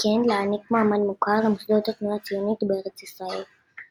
וכן להעניק מעמד מוכר למוסדות התנועה הציונית בארץ ישראל.